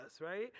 right